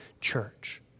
church